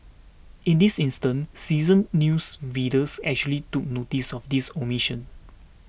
in this instance seasoned news readers actually took noticed of this omission